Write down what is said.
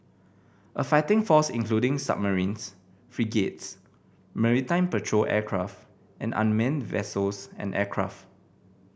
a fighting force including submarines frigates maritime patrol aircraft and unmanned vessels and aircraft